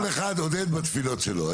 כל אחד, עודד, בתפילות שלו.